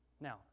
Now